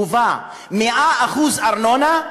גובה 100% ארנונה,